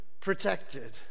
protected